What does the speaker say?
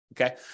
okay